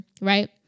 right